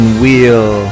wheel